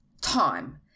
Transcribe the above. time